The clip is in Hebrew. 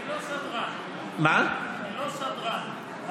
אני לא סדרן, אני לא סדרן.